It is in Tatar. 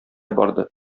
барды